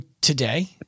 today